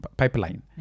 pipeline